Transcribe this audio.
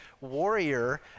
warrior